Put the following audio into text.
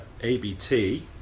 ABT